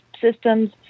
systems